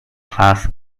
class